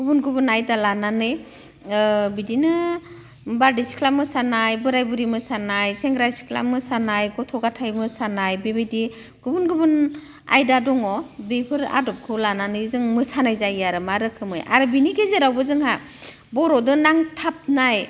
गुबुन गुबुन आयदा लानानै बिदिनो बारदैसिख्ला मोसानाय बोराइ बुरि मोसानाय सेंग्रा सिख्ला मोसानाय गथ' गाथाइ मोसानाय बेबायदि गुबुन गुबुन आयदा दङ बेफोर आदबखौ लानानै जों मोसानाय जायो आरो मा रोखोमै आरो बिनि गेजेरावबो जोंहा बर'दो नांथाबनाय